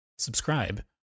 subscribe